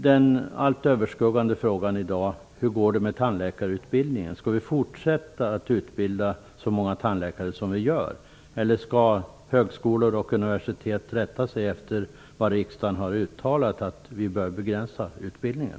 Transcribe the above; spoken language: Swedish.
Den allt överskuggande frågan i dag är frågan om hur det går med tandläkarutbildningen. Skall vi fortsätta att utbilda så många tandläkare som nu är fallet, eller skall högskolor och universitet rätta sig efter riksdagens uttalande om att vi bör begränsa utbildningen?